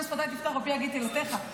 השם שפתיי תפתח ופי יגיד תהילתך,